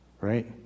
right